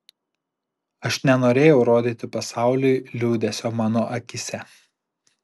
aš nenorėjau rodyti pasauliui liūdesio mano akyse